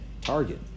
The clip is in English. target